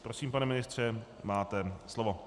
Prosím, pane ministře, máte slovo.